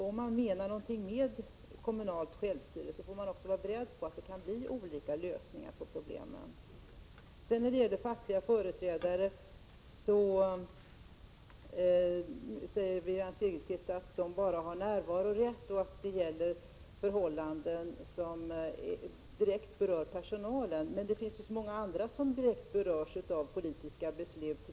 Om man menar något med kommunalt självstyre får man också vara beredd på att det kan bli olika lösningar på problemen. Wivi-Anne Cederqvist säger att de fackliga företrädarna bara har närvarorätt, och att det gäller förhållanden som direkt berör personalen. Men det finns så många andra som berörs av politiska beslut.